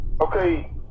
Okay